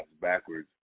backwards